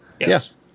Yes